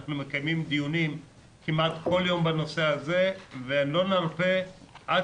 אנחנו מקיימים דיונים כמעט כל יום בנושא הזה ולא נרפה עד